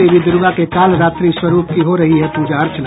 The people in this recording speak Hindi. देवी दुर्गा के कालरात्रि स्वरूप की हो रही है पूजा अर्चना